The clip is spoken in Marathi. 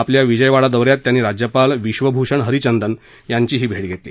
आपल्या विजयवाडा दौऱ्यात त्यांनी राज्यपाल विश्वभूषण हरिचंदन यांचीही भेट घेतली